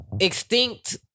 Extinct